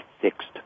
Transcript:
fixed